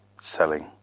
selling